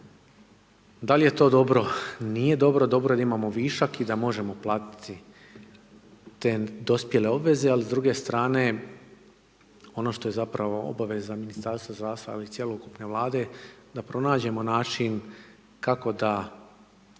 Da li je to dobro, nije dobro, dobro je da imamo višak i da možemo platiti te dospjele obveze, a s druge strane, ono što je zapravo obveza Ministarstva zdravstva, ali i cjelokupne vlade, da pronađemo način, kako da